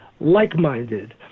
like-minded